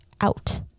out